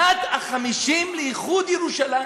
שנת ה-50 לאיחוד ירושלים,